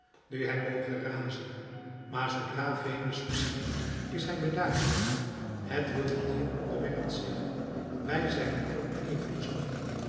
nu hij moge razen maar zoodra venus verschijnt is hij bedaard het wilde dier onderwerpt zich wij zijn allen even z